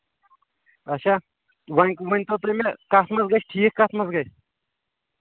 اچھا وۄنۍ ؤنۍتو تُہۍ مےٚ کَتھ منٛز گژھِ ٹھیٖک کَتھ منٛز گژھِ